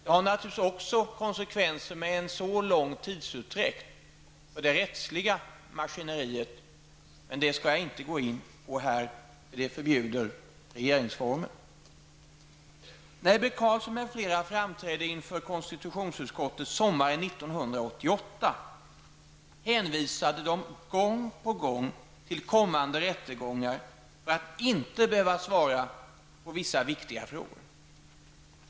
En så lång tidsutdräkt har naturligtvis också konsekvenser för det rättsliga maskineriet, men det skall jag inte gå in på här -- det förbjuder regeringsformen. När Ebbe Carlsson m.fl. framträdde inför konstitutionsutskottet sommaren 1988 hänvisade de gång på gång till kommande rättegångar för att inte behöva svara på vissa viktiga frågor.